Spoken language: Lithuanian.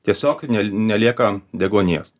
tiesiog nel nelieka deguonies